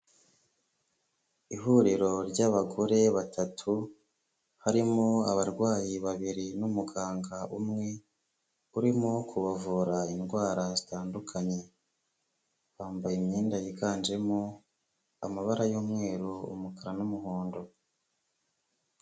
Ihuriro ry'abagore batatu, harimo abarwayi babiri n'umuganga umwe urimo kubavura indwara zitandukanye. Bambaye imyenda yiganjemo amabara y'umweru, umukara n'umuhondo.